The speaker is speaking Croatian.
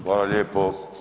Hvala lijepo.